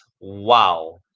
wow